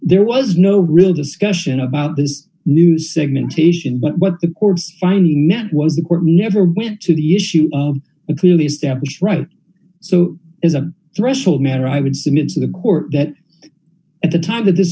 there was no real discussion about this new segmentation what the court finding that was the court never went to the issue of clearly established right so as a threshold matter i would submit to the court that at the time that this